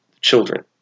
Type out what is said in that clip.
children